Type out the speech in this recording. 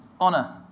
honor